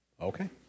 Okay